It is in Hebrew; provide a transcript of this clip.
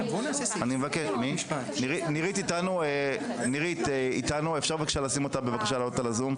נירית איתנו, אפשר להעלות אותה על הזום?